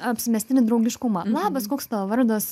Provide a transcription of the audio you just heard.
apsimestinį draugiškumą labas koks tavo vardas